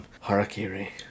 Harakiri